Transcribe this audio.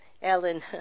Ellen